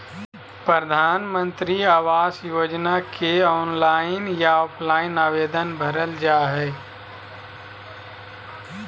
प्रधानमंत्री आवास योजना के ऑनलाइन या ऑफलाइन आवेदन भरल जा हइ